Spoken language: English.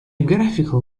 graphical